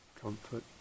Comfort